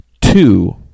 two